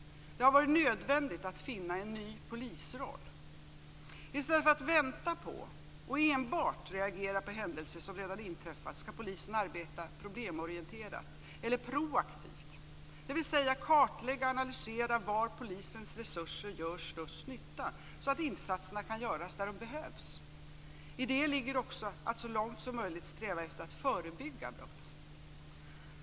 Det har varit nödvändigt att finna en ny polisroll. I stället för att vänta på och enbart reagera på händelser som redan inträffat skall polisen arbeta problemorienterat eller proaktivt, dvs. kartlägga och analysera var polisens resurser gör störst nytta, så att insatserna kan göras där de behövs. I det ligger också att man så långt som möjligt skall sträva efter att förebygga brott.